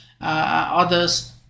others